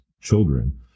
children